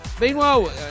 meanwhile